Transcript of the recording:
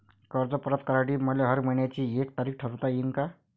कर्ज परत करासाठी मले हर मइन्याची एक तारीख ठरुता येईन का?